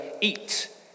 eat